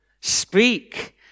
Speak